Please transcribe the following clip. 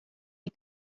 die